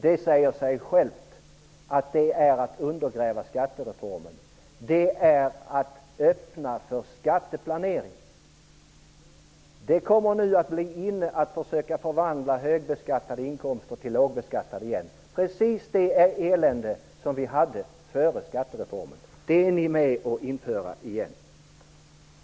Det säger sig självt att det är att undergräva skattereformen. Det är att öppna för skatteplanering. Det kommer nu att bli inne att försöka omvandla högbeskattade inkomster till lågbeskattade, precis det elände som vi hade före skattereformen. Det är ni med om att införa igen.